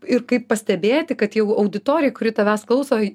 ir kaip pastebėti kad jau auditorijoj kuri tavęs klauso